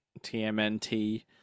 TMNT